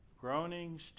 groanings